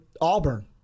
Auburn